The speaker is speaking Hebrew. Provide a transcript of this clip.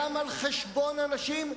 גם על-חשבון אנשים,